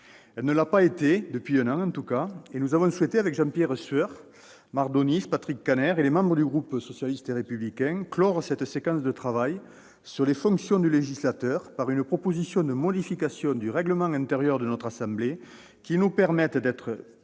Elle ne l'a pas été, et nous avons souhaité, avec Jean-Pierre Sueur, Marc Daunis, Patrick Kanner et les membres du groupe socialiste et républicain, clore cette séquence de travail sur les fonctions du législateur par une proposition de modification du règlement de notre assemblée. Elle vise à nous permettre d'être plus